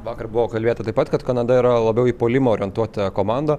vakar buvo kalbėta taip pat kad kanada yra labiau į puolimą orientuota komanda